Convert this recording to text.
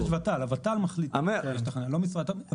יש ות"ל,